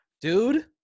Dude